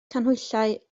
canhwyllau